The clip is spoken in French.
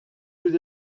vous